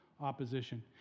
opposition